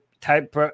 type